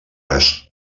res